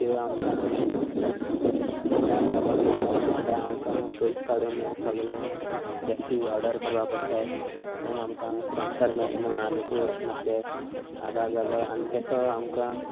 त्यो आमकां आदार जालो किद्याक नाजाल्यार आमकां पयशे काडून सगले जर्सी ऑर्डर करपाक पडटात पूण आमकां स्पोन्सर मेळ्ळें म्हण आनकूय मात्शे आदार जालो आनी तेसो आमकां